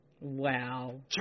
Wow